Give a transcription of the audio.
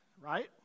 right